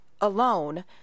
alone